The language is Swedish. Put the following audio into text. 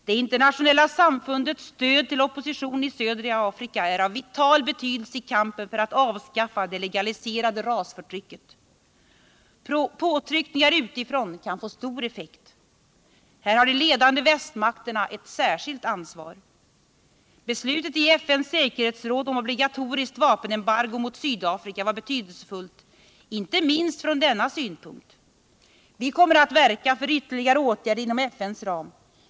Det internationella samfundets stöd till oppositionen i södra Afrika är av vital betydelse i kampen för att avskaffa det legaliserade rasförtrycket. Påtryckningar utifrån kan få stor effekt. Här har de ledande västmakterna ett särskilt ansvar. Beslutet i FN:s säkerhetsråd om obligatoriskt vapenembargo mot Sydafrika var betydelsefullt inte minst från denna synpunkt. Vi kommer att verka för ytterligare åtgärder inom FN:s ram.